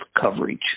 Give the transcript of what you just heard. coverage